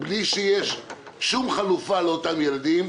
בלי שיש שום חלופה לאותם ילדים.